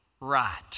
right